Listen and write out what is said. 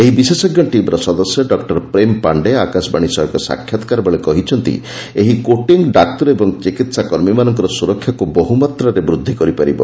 ଏହି ବିଶେଷଜ୍ଞ ଟିମ୍ର ସଦସ୍ୟ ଡକ୍ଟର ପ୍ରେମ୍ ପାଣ୍ଡେ ଆକାଶବାଣୀ ସହ ଏକ ସାକ୍ଷାତ୍କାର ବେଳେ କହିଛନ୍ତି ଏହି କୋଟିଙ୍ଗ୍ ଡାକ୍ତର ଓ ଚିକିତ୍ସା କର୍ମୀମାନଙ୍କର ସୁରକ୍ଷାକୁ ବହୁମାତ୍ରାରେ ବୃଦ୍ଧି କରିପାରିବ